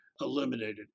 eliminated